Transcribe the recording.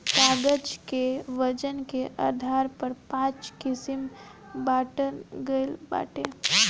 कागज कअ वजन के आधार पर पाँच किसिम बांटल गइल बाटे